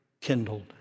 kindled